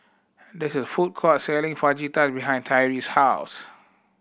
this is a food court selling Fajitas behind Tyreese's house